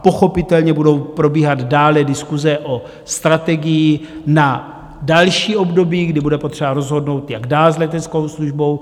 Pochopitelně budou probíhat dále diskuse o strategii na další období, kdy bude potřeba rozhodnout, jak dál s leteckou službou.